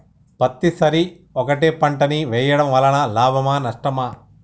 పత్తి సరి ఒకటే పంట ని వేయడం వలన లాభమా నష్టమా?